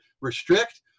restrict